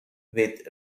with